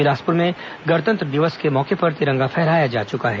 बिलासपुर में गणतंत्र दिवस के मौके पर तिरंगा फहराया जा चुका है